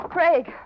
Craig